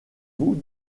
vous